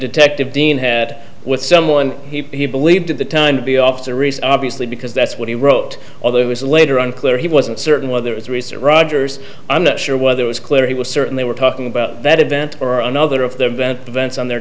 detective dean had with someone he believed at the time to be officer reason obviously because that's what he wrote although it was later on clear he wasn't certain whether it's research rogers i'm not sure whether it was clear he was certain they were talking about that event or another of their vent events on their